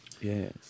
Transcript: yes